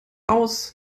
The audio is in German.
aus